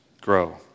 grow